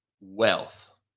wealth